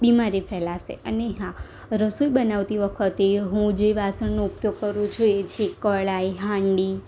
બીમારી ફેલાશે અને હા રસોઈ બનાવતી વખતે હું જે વાસણનો ઉપયોગ કરું છું એ છે કડાઈ હાંડી